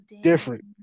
different